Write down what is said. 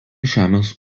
žemės